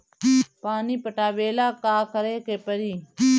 पानी पटावेला का करे के परी?